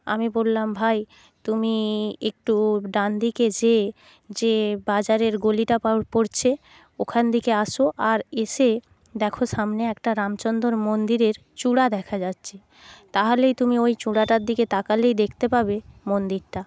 আমি বললাম ভাই তুমি একটু ডান দিকে যে যে বাজারের গলিটা পড়ছে ওখান থেকে আসো আর এসে দেখো সামনে একটা রামচন্দ্রর মন্দিরের চূড়া দেখা যাচ্ছে তাহলেই তুমি ওই চূড়াটার দিকে তাকালেই দেখতে পাবে মন্দিরটা